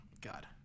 God